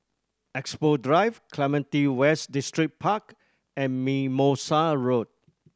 Expo Drive Clementi West Distripark and Mimosa Road